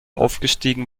aufgestiegen